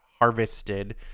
Harvested